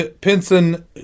Pinson